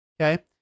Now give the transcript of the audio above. okay